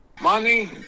money